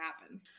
happen